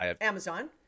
amazon